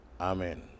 Amen